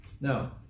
now